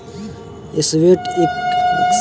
sweat equity investor सभ के retail investor कहाला